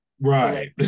Right